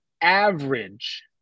average